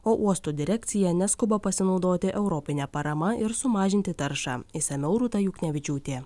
o uosto direkcija neskuba pasinaudoti europine parama ir sumažinti taršą išsamiau rūta juknevičiūtė